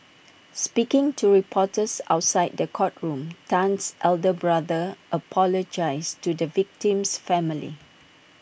speaking to reporters outside the courtroom Tan's elder brother apologised to the victim's family